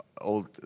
old